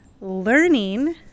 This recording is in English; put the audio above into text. learning